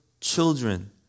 children